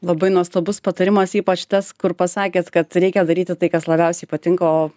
labai nuostabus patarimas ypač tas kur pasakėt kad reikia daryti tai kas labiausiai patinka o